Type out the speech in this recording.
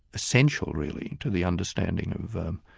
central really to the understanding of